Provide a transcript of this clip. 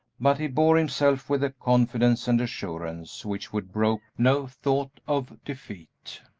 but he bore himself with a confidence and assurance which would brook no thought of defeat.